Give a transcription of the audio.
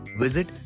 Visit